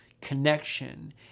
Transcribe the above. connection